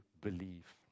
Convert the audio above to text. believe